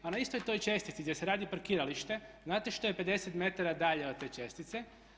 A na istoj toj čestiti gdje se radi parkiralište, znate šta je 50m dalje od te čestice?